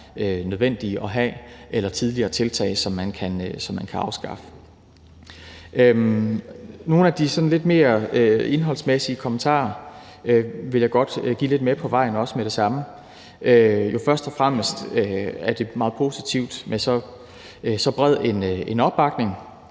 er tiltag, man har lavet tidligere, som man kan afskaffe. Nogle af de sådan lidt mere indholdsmæssige kommentarer vil jeg også godt give lidt ord med på vejen med det samme. Først og fremmest er det jo meget positivt med så bred en opbakning.